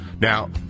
Now